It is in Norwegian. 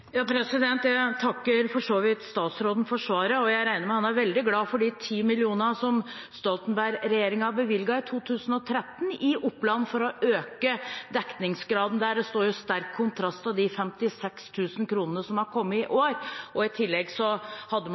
vidt statsråden for svaret. Jeg regner med at han er veldig glad for de 10 mill. kr som Stoltenberg-regjeringen bevilget i 2013 i Oppland for å øke dekningsgraden der. Det står i sterk kontrast til de 56 000 kr som har kommet i år. I tillegg hadde man